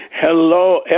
Hello